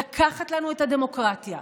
לקחת לנו את הדמוקרטיה,